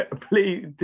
please